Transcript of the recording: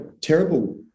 terrible